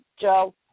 Joe